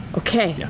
okay. yeah